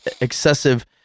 excessive